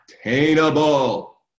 attainable